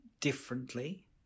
differently